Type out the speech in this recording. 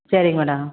சேரிங்க மேடம்